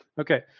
Okay